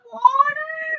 water